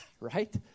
right